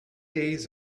days